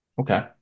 Okay